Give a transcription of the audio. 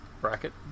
bracket